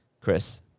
Chris